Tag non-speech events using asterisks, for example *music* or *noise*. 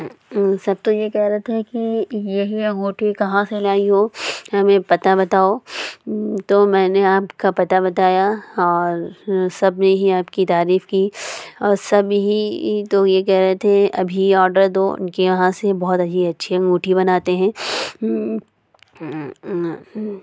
سب تو یہ کہہ رہے تھے کہ یہی انگوٹھی کہاں سے لائی ہو ہمیں پتہ بتاؤ تو میں نے آپ کا پتہ بتایا اور سب نے ہی آپ کی تعریف کی اور سب ہی تو یہ کہہ رہے تھے ابھی آڈر دو ان کے یہاں سے بہت ہی اچھی انگوٹھی بناتے ہیں *unintelligible*